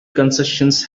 concessions